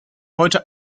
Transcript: heute